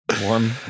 Warm